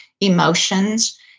emotions